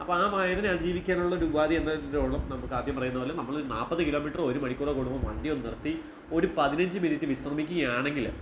അപ്പോൾ ആ മായാതിനെ അതിജീവിക്കാനുള്ള ഒരു ഉപാധി എന്നതിനുള്ള നമുക്ക് ആദ്യം പറയുന്നത് പോലെ നമ്മൾ നാൽപ്പത് കിലോമീറ്റർ ഒരു മണിക്കൂറോ കൂടുമ്പോൾ വണ്ടി ഒന്ന് നിർത്തി ഒരു പതിനഞ്ച് മിനിറ്റ് വിശ്രമിക്കുകയാണെങ്കിൽ